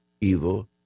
evil